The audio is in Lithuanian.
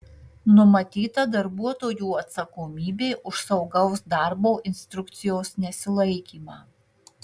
numatyta darbuotojų atsakomybė už saugaus darbo instrukcijos nesilaikymą